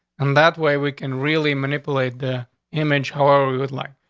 and that way we can really manipulate the image however we would like,